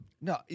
No